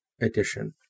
edition